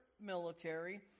military